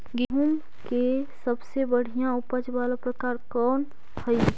गेंहूम के सबसे बढ़िया उपज वाला प्रकार कौन हई?